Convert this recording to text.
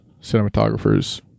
cinematographers